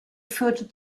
führte